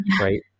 right